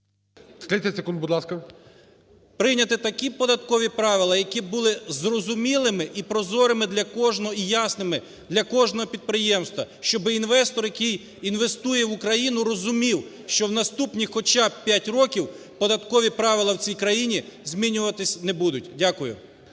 Прийняти такі податкові правила, які б були зрозумілими і прозорими для кожного, і ясними для кожного підприємства, щоби інвестор, який інвестує в Україну, розумів, що в наступні хоча б 5 років податкові правила в цій країні змінюватися не будуть. Дякую.